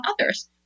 others